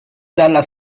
dalla